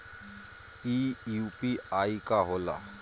ई यू.पी.आई का होला?